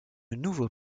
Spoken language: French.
nouveau